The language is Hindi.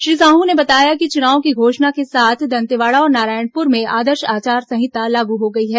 श्री साहू ने बताया कि चुनाव की घोषणा के साथ दंतेवाड़ा और नारायणपुर में आदर्श आचार संहिता लागू हो गई है